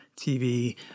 TV